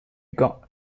got